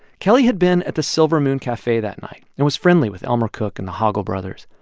kelley had been at the silver moon cafe that night and was friendly with elmer cook and the hoggle brothers.